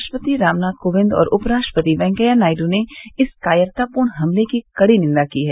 राष्ट्रपति रामनाथ कोविंद और उप राष्ट्रपति वेंकैया नायड् ने इस कायरतापूर्ण हमले की कड़ी निंदा की है